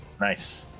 nice